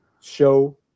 show